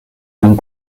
dom